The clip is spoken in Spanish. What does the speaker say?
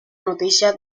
noticia